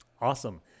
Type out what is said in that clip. Awesome